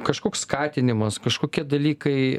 kažkoks skatinimas kažkokie dalykai